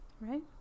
Right